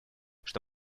что